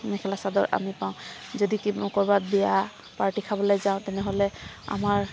মেখেলা চাদৰ আমি পাওঁ যদি কৰ'বাত বিয়া পাৰ্টী খাবলৈ যাওঁ তেনেহ'লে আমাৰ